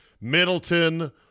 Middleton